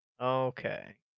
Okay